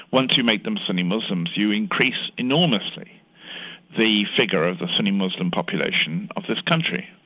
once you make them sunni muslims, you increase enormously the figure of the sunni muslim population of this country.